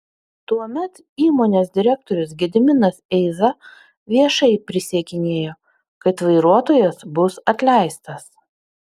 tuomet įmonės direktorius gediminas eiza viešai prisiekinėjo kad vairuotojas bus atleistas